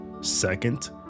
second